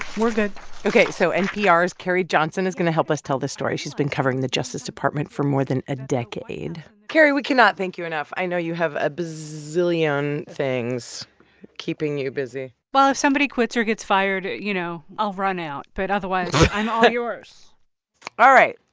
we're good ok. so npr's carrie johnson is going to help us tell this story. she's been covering the justice department for more than a decade carrie, we cannot thank you enough. i know you have a bazillion things keeping you busy well, if somebody quits or gets fired, you know, i'll run out, but otherwise, i'm all yours all right.